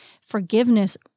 Forgiveness